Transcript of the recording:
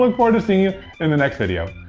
look forward to seeing you in the next video.